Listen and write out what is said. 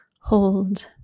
hold